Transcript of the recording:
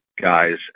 guys